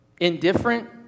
Indifferent